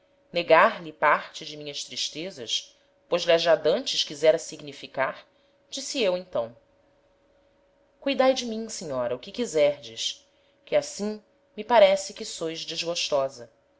negar-lhe parte de minhas tristezas pois lh'as já d'antes quisera significar disse eu então cuidae de mim senhora o que quiserdes que assim me parece que sois desgostosa